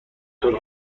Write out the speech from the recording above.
طور